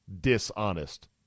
Dishonest